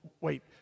wait